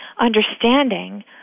understanding